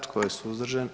Tko je suzdržan?